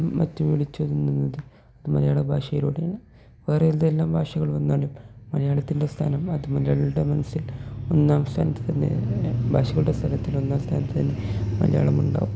മറ്റു മലയാള ഭാഷയിലൂടെയാണ് വേറെ ഏതെല്ലാം ഭാഷകൾ വന്നാലും മലയാളത്തിൻ്റെ സ്ഥാനം അത് മലയാളികളുടെ മനസ്സിൽ ഒന്നാം സ്ഥാനത്തു തന്നെ ഭാഷകളുടെ സ്ഥലത്തിൽ ഒന്നാം സ്ഥാനത്തു തന്നെ മലയാളമുണ്ടാകും